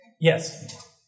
Yes